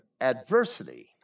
adversity